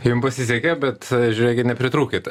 jum pasisekė bet žiūrėkit nepritrūkit